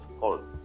cold